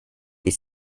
this